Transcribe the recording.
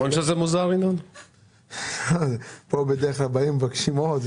לכאן בדרך כלל באים ומבקשים עוד.